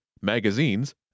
magazines